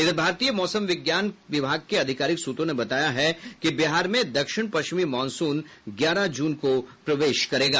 इधर भारतीय मौसम विज्ञान विभाग के आधिकारिक सूत्रों ने बताया कि बिहार में दक्षिण पश्चिमी मॉनसून ग्यारह जून को प्रवेश करेगा